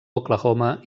oklahoma